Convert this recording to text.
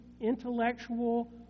intellectual